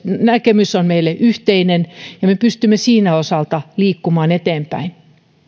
näkemys hankeyhtiöistä on meille yhteinen ja me pystymme siltä osalta liikkumaan eteenpäin